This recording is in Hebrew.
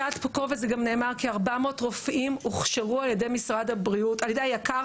כ-400 רופאים הוכשרו על-ידי היק"ר,